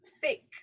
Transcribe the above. thick